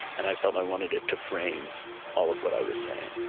and i felt i wanted it to frame all of what i was saying